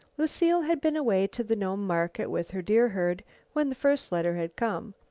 lucile had been away to the nome market with her deer herd when the first letter had come,